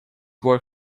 work